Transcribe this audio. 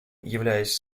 являясь